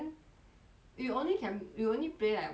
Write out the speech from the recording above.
you only can you only play like once in a while